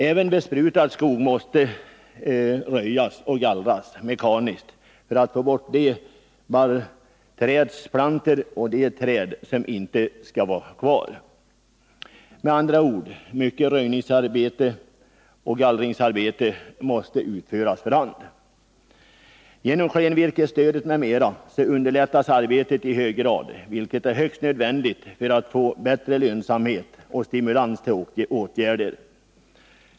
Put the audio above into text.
Även besprutad skog måste röjas och gallras mekaniskt för att man skall få bort de barrträdsplantor och de träd som inte skall vara kvar. Med andra ord: mycket röjningsoch gallringsarbete måste utföras för hand. Genom klenvirkesstödet m.m. underlättas arbetet i hög grad, vilket är högst nödvändigt för att få bättre lönsamhet och åstadkomma stimulans till åtgärder.